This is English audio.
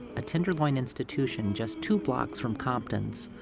a tenderloin institution just two blocks from compton's,